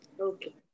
Okay